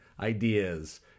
ideas